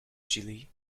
chile